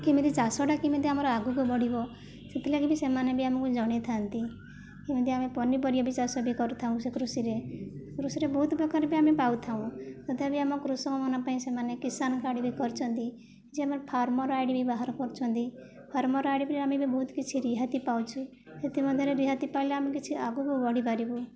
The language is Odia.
କେମିତି ଚାଷଟା କେମିତି ଆମର ଆଗକୁ ବଢ଼ିବ ସେଥିଲାଗି ବି ସେମାନେ ଆମକୁ ଜଣାଇଥାନ୍ତି କେମିତି ଆମେ ପନିପରିବା ବି ଚାଷ ବି କରିଥାଉ ସେ କୃଷିରେ କୃଷିରେ ବହୁତ ପ୍ରକାର ବି ଆମେ ପାଇଥାଉ ତଥାପି ଆମ କୃଷକମାନଙ୍କ ପାଇଁ ସେମାନେ କିଶାନ କାର୍ଡ଼ ବି କରିଛନ୍ତି ଯେ ଆମର ଫାର୍ମର ଆଇ ଡ଼ି ବି କରିଛନ୍ତି ଫାର୍ମର ଆଇଡ଼ିରେ ଆମେ ବି ବହୁତ କିଛି ରିହାତି ପାଉଛୁ ସେଥିମଧ୍ୟରେ ରିହାତି ପାଇଲେ ଆମେ କିଛି ଆଗକୁ ବଢ଼ିପାରିବୁ